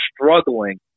struggling